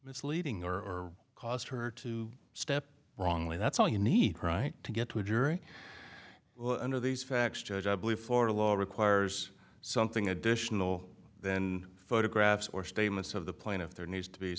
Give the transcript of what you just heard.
misleading or caused her to step wrongly that's all you need right to get to a jury well under these facts judge i believe for a lot requires something additional then photographs or statements of the plaintiff there needs to be